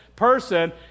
person